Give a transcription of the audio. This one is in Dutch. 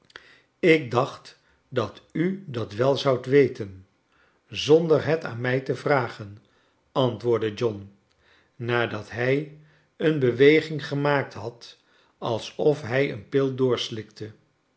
ik dacht dat u dat wel zoudt weten zonder het aan mij te vragen antwoordde john nadat hij een beweging gemaakt had als of hij een pil